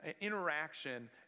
interaction